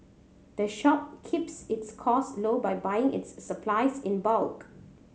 the shop keeps its costs low by buy its supplies in bulk